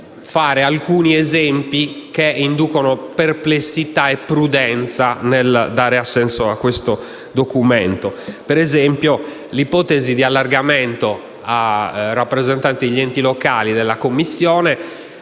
fare alcuni esempi che inducono perplessità e prudenza nel dare assenso alla relazione. Ad esempio, l'ipotesi di allargamento a rappresentanti degli enti locali della Commissione